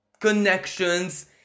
connections